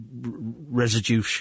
residue